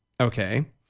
Okay